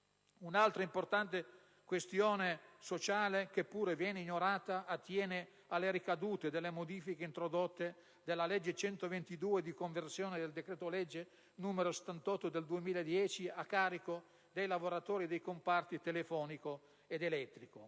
Un'altra importante questione sociale che pure viene ignorata attiene alle ricadute delle modifiche introdotte dalla legge n. 122 di conversione del decreto-legge n. 78 del 2010 a carico dei lavoratori dei comparti telefonico ed elettrico.